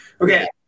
Okay